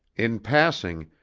in passing,